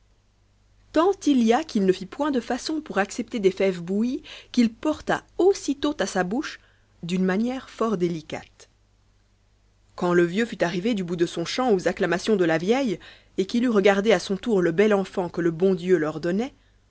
tant il y a qu'il no fit point de façon pour accepter les fves bouillies qn'it porta aussitôt à sa bouche d'une manière fort délicate quand le vieux fut arrive du bout de son champ aux acclamations de la vieille et qu'il eut regarde a son tour le bel enfant que le bon dieu leur donnait